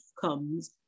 comes